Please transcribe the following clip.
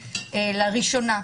לראשונה,